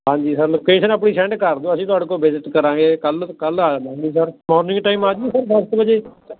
ਹਾਂਜੀ ਸਾਨੂੰ ਲੋਕੇਸ਼ਨ ਆਪਣੀ ਸੈਂਡ ਕਰ ਦਿਓ ਅਸੀਂ ਤੁਹਾਡੇ ਕੋਲ ਵਿਜਿਟ ਕਰਾਂਗੇ ਕੱਲ੍ਹ ਕੱਲ੍ਹ ਆਵਾਂਗੇ ਸਰ ਮੋਰਨਿੰਗ ਟਾਈਮ ਆ ਜਾਵਾਂ ਸਰ ਦਸ ਕੁ ਵਜੇ